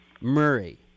Murray